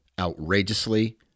outrageously